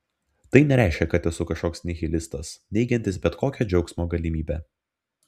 tai nereiškia kad esu kažkoks nihilistas neigiantis bet kokią džiaugsmo galimybę